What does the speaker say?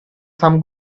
some